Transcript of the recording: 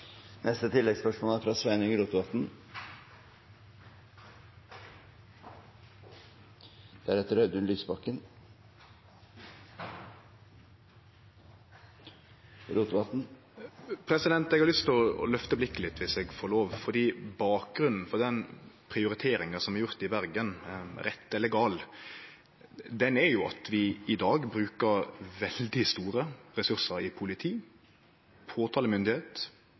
Eg har lyst til å løfte blikket litt, om eg får lov, for bakgrunnen for den prioriteringa som er gjord i Bergen, rett eller galen, er at vi i dag bruker veldig store ressursar i politi,